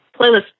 playlist